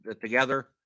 together